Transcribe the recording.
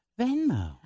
Venmo